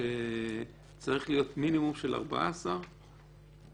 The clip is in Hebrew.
שצריך להיות מינימום של 14 בימאים,